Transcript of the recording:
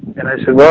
and i said,